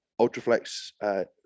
Ultraflex